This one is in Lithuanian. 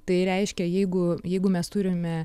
tai reiškia jeigu jeigu mes turime